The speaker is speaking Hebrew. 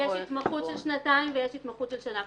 יש התמחות של שנתיים ויש התמחות של שנה.